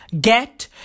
Get